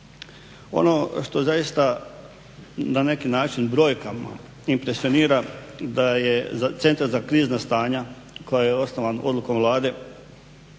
Ono što zaista na neki način brojkama impresionira da je Centar za krizna stanja koji je osnovan odlukom Vlade